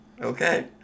Okay